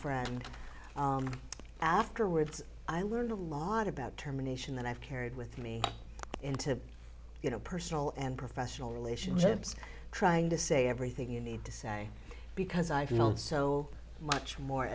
friend afterwards i learned a lot about terminations that i've carried with me into you know personal and professional relationships trying to say everything you need to say because i felt so much more